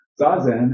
Zazen